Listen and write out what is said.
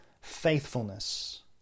faithfulness